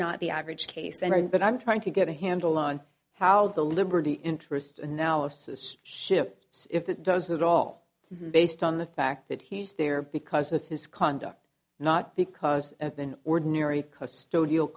not the average case and i but i'm trying to get a handle on how the liberty interest analysis shifts if it does at all based on the fact that he's there because of his conduct not because of an ordinary costo deal